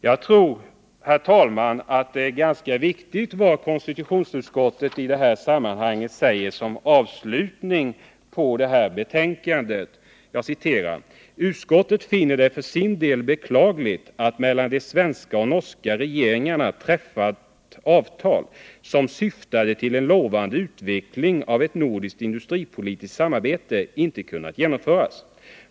Jag tror, herr talman, att det är ganska viktigt vad konstitutionsutskottet i detta sammanhang säger som avslutning: ”Utskottet finner det för sin del beklagligt att mellan de svenska och norska regeringarna träffade avtal, som syftade till en lovande utveckling av ett nordiskt industripolitiskt samarbete, inte kunnat genomföras.